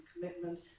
commitment